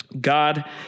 God